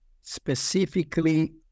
specifically